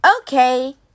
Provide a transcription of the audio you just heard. Okay